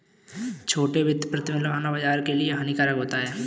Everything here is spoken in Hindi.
छोटे वित्त पर प्रतिबन्ध लगाना बाज़ार के लिए हानिकारक होता है